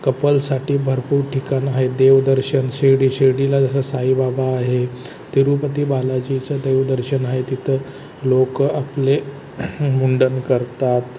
कपलसाठी भरपूर ठिकाणं आहे देवदर्शन शिर्डी शिर्डीला जसं साईबाबा आहे तिरुपती बालाजीचं देवदर्शन आहे तिथं लोक आपले मुंडण करतात